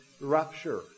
rupture